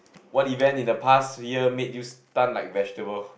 what even in the past year make you stun like vegetable